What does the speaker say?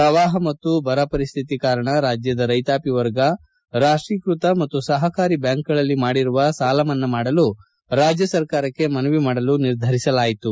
ಪ್ರವಾಪ ಮತ್ತು ಬರ ಪರಿಶ್ಥಿತಿ ಕಾರಣ ರಾಜ್ಯದ ರೈತಾಪಿ ವರ್ಗ ರಾಷ್ಟೀಕೃತ ಮತ್ತು ಸಪಕಾರಿ ಬ್ಯಾಂಕ್ಗಳಲ್ಲಿ ಮಾಡಿರುವ ಸಾಲ ಮನ್ನಾ ಮಾಡಲು ರಾಜ್ಯ ಸರ್ಕಾರಕ್ಕೆ ಮನವಿ ಮಾಡಲು ನಿರ್ಧರಿಸಲಾಯಿತು